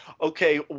Okay